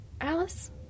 alice